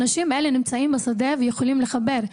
האנשים האלה נמצאים בשדה ויכולים לחבר.